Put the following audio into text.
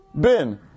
bin